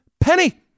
penny